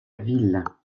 ville